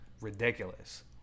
ridiculous